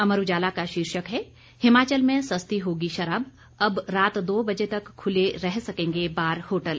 अमर उजाला का शीर्षक है हिमाचल में सस्ती होगी शराब अब रात दो बजे तक खुले रह सकेंगे बार होटल